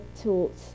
taught